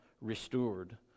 restored